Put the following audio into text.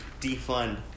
defund